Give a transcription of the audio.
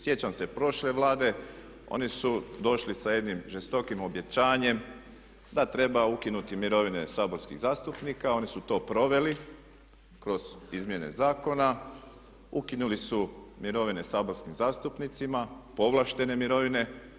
Sjećam se prošle Vlade, oni su došli sa jednim žestokim obećanjem da treba ukinuti mirovine saborskih zastupnika, oni su to proveli kroz izmjene zakona, ukinuli su mirovine saborskim zastupnicima, povlaštene mirovine.